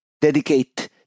dedicate